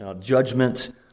judgment